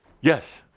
Yes